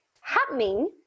happening